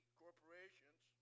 corporations